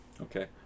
Okay